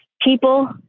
people